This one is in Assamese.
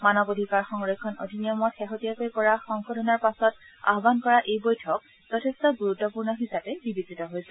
মানৱ অধিকাৰ সংৰক্ষণ অধিনিয়মত শেহতীয়াকৈ কৰা সংশোধনৰ পাছত আহান কৰা এই বৈঠক যথেষ্ঠ গুৰুত্পূৰ্ণ হিচাপে বিবেচিত হৈছে